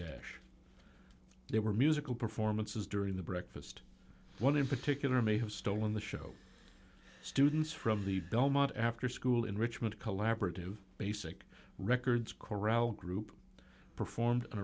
dash there were musical performances during the breakfast one in particular may have stolen the show students from the belmont after school enrichment collaborative basic records choral group performed an